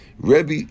Rebbe